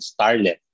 starlet